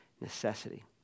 necessity